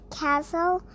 castle